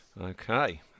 okay